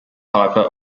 piper